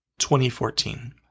2014